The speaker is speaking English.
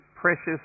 precious